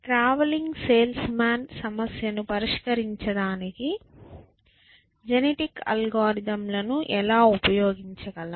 travelling salesmen సమస్యను పరిష్కరించడానికి genetic అల్గోరిథంలను ఎలా ఉపయోగించగలం